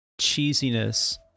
cheesiness